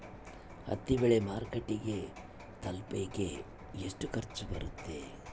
ಹತ್ತಿ ಬೆಳೆ ಮಾರುಕಟ್ಟೆಗೆ ತಲುಪಕೆ ಎಷ್ಟು ಖರ್ಚು ಬರುತ್ತೆ?